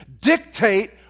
dictate